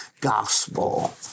gospel